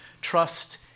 Trust